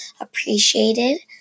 appreciated